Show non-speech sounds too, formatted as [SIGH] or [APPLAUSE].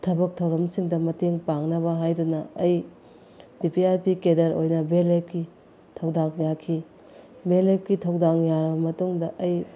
ꯊꯕꯛ ꯊꯧꯔꯝꯁꯤꯡꯗ ꯃꯇꯦꯡ ꯄꯥꯡꯅꯕ ꯍꯥꯏꯗꯨꯅ ꯑꯩ [UNINTELLIGIBLE] ꯀꯦꯗꯔ ꯑꯣꯏꯅ ꯕꯤ ꯑꯦꯜ ꯑꯦꯐꯀꯤ ꯊꯧꯗꯥꯡ ꯌꯥꯈꯤ ꯕꯤ ꯑꯦꯜ ꯑꯦꯐꯀꯤ ꯊꯧꯗꯥꯡ ꯌꯥꯔꯕ ꯃꯇꯨꯡꯗ ꯑꯩ